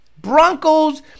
Broncos